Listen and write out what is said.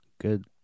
good